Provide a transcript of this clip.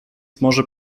może